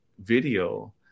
video